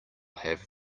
have